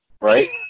Right